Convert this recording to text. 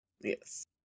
Yes